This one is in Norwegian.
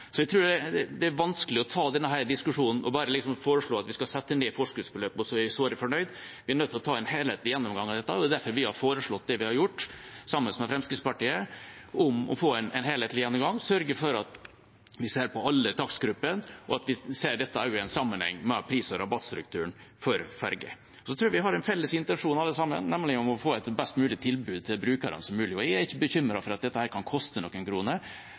Jeg tror det er vanskelig å ta denne diskusjonen og bare foreslå at vi skal sette ned forskuddsbeløpet, og så er vi såre fornøyd. Vi er nødt til å ta en helhetlig gjennomgang av dette, og det er derfor vi sammen med Fremskrittspartiet har foreslått det vi har gjort, å få en helhetlig gjennomgang, sørge for at vi ser på alle takstgruppene, og at vi ser dette også i sammenheng med pris- og rabattstrukturen for ferger. Jeg tror vi alle sammen har en felles intensjon, nemlig å få et best mulig tilbud til brukerne. Jeg er ikke bekymret for at dette kan koste noen kroner,